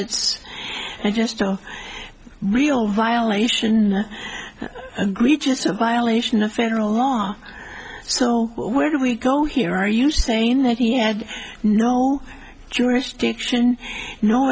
it's just a real violation and just a violation of federal law so where do we go here are you saying that he had no jurisdiction no